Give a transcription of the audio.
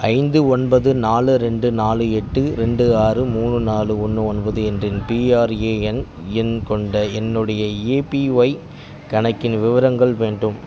ஐந்து ஒன்பது நாலு ரெண்டு நாலு எட்டு ரெண்டு ஆறு மூணு நாலு ஒன்று ஒன்பது என்ற பிஆர்ஏஎன் எண் கொண்ட என்னுடைய ஏபிஒய் கணக்கின் விவரங்கள் வேண்டும்